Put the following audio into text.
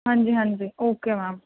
ਹਾਂਜੀ ਹਾਂਜੀ okay ma'am